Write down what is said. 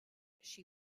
she